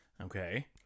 Okay